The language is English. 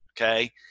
Okay